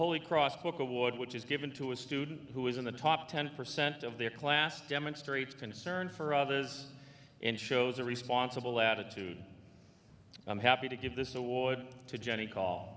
holy cross book award which is given to a student who is in the top ten percent of their class demonstrates concern for others and shows a responsible attitude i'm happy to give this award to jenny call